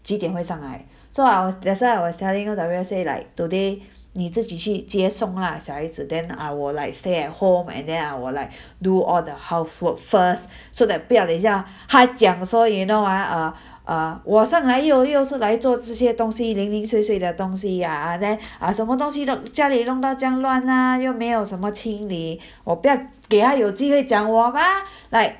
几点会上来 so I was that's why I was telling you the rest say like today 你自己去接送啦小孩子 then I will like stay at home and there I will like do all the housework first so that 不然等一下她讲说 you know ah err err 我上来又又是来做这些东西零零碎碎的东西啊 then ah 什么东西你家里弄到这样乱啊又没有什么清理我不要给她有机会讲我嘛 like